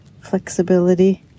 flexibility